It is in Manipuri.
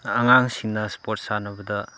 ꯑꯉꯥꯡꯁꯤꯡꯅ ꯁ꯭ꯄꯣꯔꯠ ꯁꯥꯟꯅꯕꯗ